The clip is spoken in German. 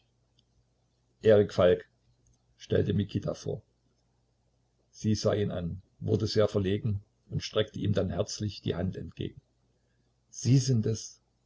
erik falk stellte mikita vor sie sah ihn an wurde sehr verlegen und streckte ihm dann herzlich die hand entgegen sie sind es